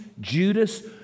Judas